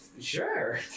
sure